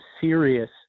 serious